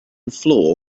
floor